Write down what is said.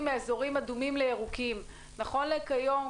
מאזורים אדומים לירוקים נכון להיום,